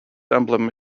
emblem